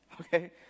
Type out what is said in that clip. okay